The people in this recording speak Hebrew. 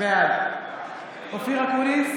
בעד אופיר אקוניס,